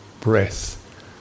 breath